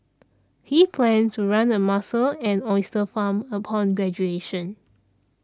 he planned to run a mussel and oyster farm upon graduation